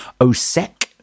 osec